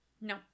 No